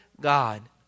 God